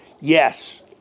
Yes